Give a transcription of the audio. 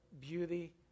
beauty